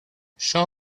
show